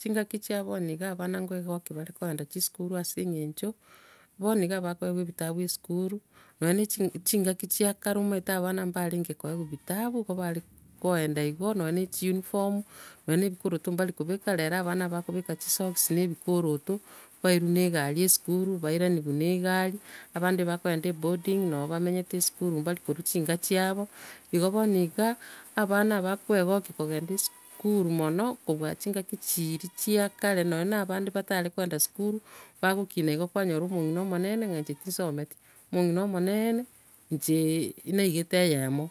Chingaki chia bono iga abana ngoegoki bare kogenda chisukuru ase eng'encho, bono iga bakoegwa ebitabu esukuru, nonya ne chingaki chia kare omaete abana baarenge koegwa ebitabu, nigo bare koenda igo nonya ne chiuniform nonya ne ebikoroto mbarekobeka, rero abana bakobeka chisocks na ebikoroto, bairwa ne egari esukuru bairaniwa na egari, abande bakogenda eboarding, nonya bamenyete esukuru mbarikorwa chinka chiabo. Igo bono iga, abana bakwegokia kogenda esukuru mono kobua chingaki chiiri chia kare, nonya na abande batare kogenda esukuru, bagokina igo kwanyora omong'ina omonene ng'a inche tisometi. Omongina omoneene, inche naigete eyemo